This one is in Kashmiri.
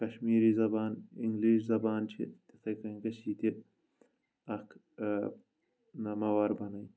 کشمیٖری زبان اِنگلِش زبان چھِ تِتھٕے کٔنۍ گژھِ یہِ تہِ اکھ ناماوار بَنٕنۍ